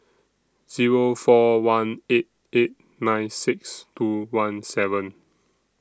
Zero four one eight eight nine six two one seven